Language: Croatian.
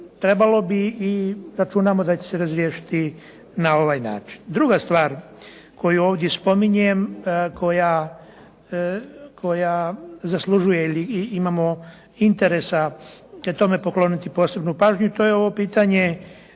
trebalo bi i računamo da će se razriješiti na ovaj način. Druga stvar koju ovdje spominjem koja zaslužuje ili imamo interesa tome pokloniti posebnu pažnju, to je ovo pitanje